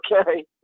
Okay